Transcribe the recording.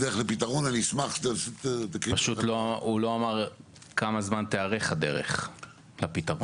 אני אשמח --- פשוט הוא לא אמר כמה זמן תיארך הדרך לפתרון.